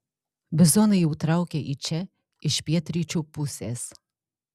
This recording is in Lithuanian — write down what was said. bizonai jau traukia į čia iš pietryčių pusės